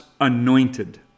anointed